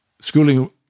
Schooling